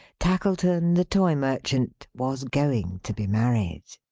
tackleton, the toy merchant, was going to be married.